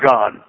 God